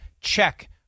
check